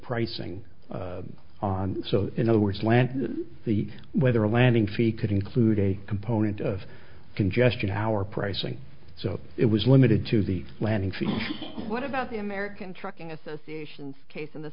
pricing on so in other words land the weather a landing fee could include a component of congestion our pricing so it was limited to the landing fees what about the american trucking association case in the